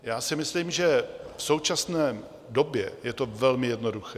Já si myslím, že v současné době je to velmi jednoduché.